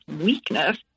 weakness